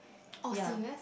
oh serious